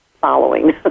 following